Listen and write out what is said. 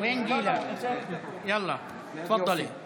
אדוני היושב-ראש, כנסת נכבדה,